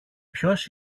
ποιος